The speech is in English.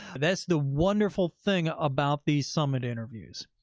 that's the wonderful thing about these summit interviews.